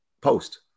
post